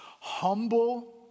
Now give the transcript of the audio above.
humble